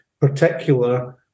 particular